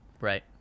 right